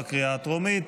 בקריאה הטרומית.